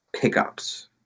pickups